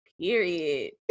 Period